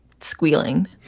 squealing